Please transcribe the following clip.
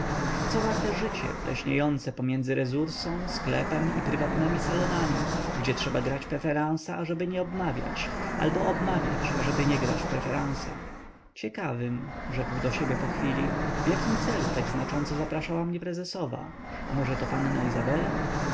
co warte życie pleśniejące między resursą sklepem i prywatnemi salonami gdzie trzeba grać preferansa ażeby nie obmawiać albo obmawiać ażeby nie grać w preferansa ciekawym rzekł do siebie pochwili w jakim celu tak znacząco zaprasza mnie prezesowa a może to panna izabela